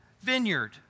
vineyard